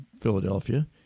Philadelphia